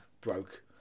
broke